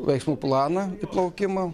veiksmų planą įplaukimo